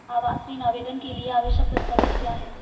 आवास ऋण आवेदन के लिए आवश्यक दस्तावेज़ क्या हैं?